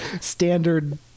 standard